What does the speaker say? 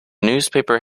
newspaper